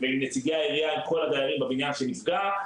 עם נציגי העירייה ועם כל הדיירים בבניין שנפגע,